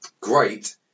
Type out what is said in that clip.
great